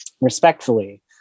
respectfully